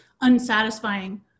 unsatisfying